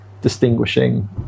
distinguishing